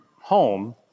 home